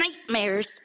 nightmares